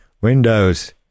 Windows